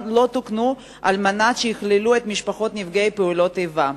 לא תוקנו על מנת שיכללו את משפחות נפגעי פעולות איבה.